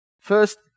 First